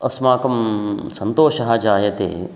अस्माकं सन्तोषः जायते